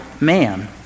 man